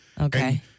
Okay